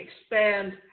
expand